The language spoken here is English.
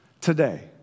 today